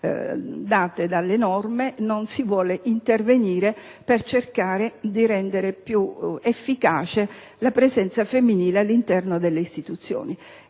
date dalle norme, non si vuole intervenire per rendere più efficace la presenza femminile all'interno delle istituzioni.